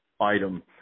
item